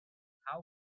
how